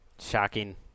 Shocking